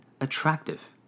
attractive